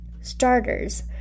Starters